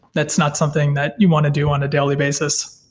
that's not something that you want to do on a daily basis.